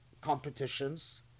competitions